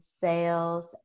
sales